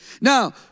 Now